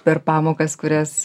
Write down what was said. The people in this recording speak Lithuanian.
per pamokas kurias